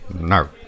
No